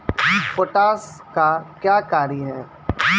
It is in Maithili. पोटास का क्या कार्य हैं?